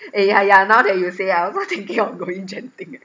eh yeah yeah now that you say I also thinking of going genting eh